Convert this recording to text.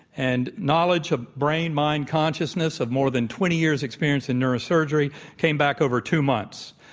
and knowledge of brain-mind consciousness of more than twenty years' experience in neurosurgery came back over two months.